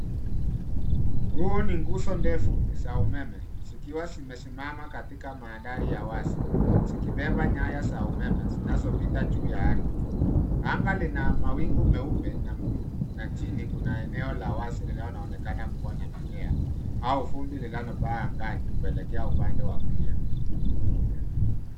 Huu ni nguzo ndefu za umeme zikiwa zimesimama katika mandhari ya wazi zikibeba nyaya za umeme zinazopita juu ya ardhi. Anga lina mawingu meupe na buluu na chini kuna eneo la wazi linaloonekana kuwa na mimea au vumbi linalopaa angani kuelekea upande wa kulia.